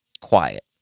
quiet